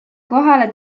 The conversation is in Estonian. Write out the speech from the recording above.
kohale